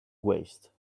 waste